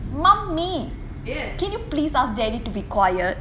mummy yes can you please ask daddy to be quiet